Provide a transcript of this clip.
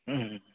ꯎꯝ